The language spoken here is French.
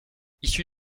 issu